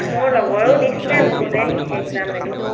মোৰ লগৰেও দিছিলে বহুতে এক্সাম এইটো